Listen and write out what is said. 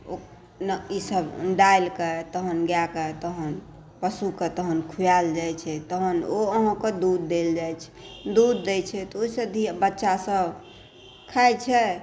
ई सब डालि कऽ तहन गायके तहन पशुके तहन खुआयल जाइ छै तहन ओ अहाँकेॅं दूध देल जाइ छै दूध दै छै तऽ ओहिसँ बच्चा सब खाइ छै